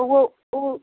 उहो उ